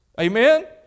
Amen